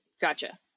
Gotcha